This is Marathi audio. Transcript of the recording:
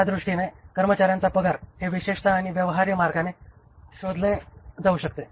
त्या दृष्टीने कर्मचाऱ्यांचा पगार हे विशेषतः आणि व्यवहार्य मार्गाने शोधल्या जाऊ शकतो